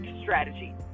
strategy